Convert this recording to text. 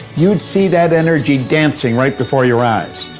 you'd see that energy dancing right before your eyes.